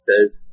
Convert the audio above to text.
says